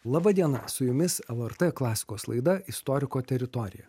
laba diena su jumis lrt klasikos laida istoriko teritorija